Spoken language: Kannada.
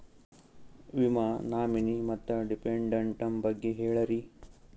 ವಿಮಾ ನಾಮಿನಿ ಮತ್ತು ಡಿಪೆಂಡಂಟ ಬಗ್ಗೆ ಹೇಳರಿ?